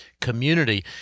community